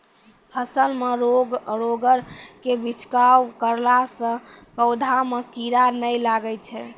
फसल मे रोगऽर के छिड़काव करला से पौधा मे कीड़ा नैय लागै छै?